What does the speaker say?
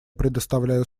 предоставляю